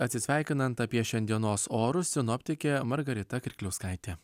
atsisveikinant apie šiandienos orus sinoptikė margarita kirkliauskaitė